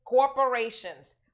corporations